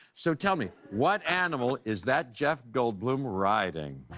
so tell me what animal is that jeff goldblum riding?